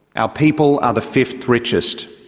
our people are the fifth richest.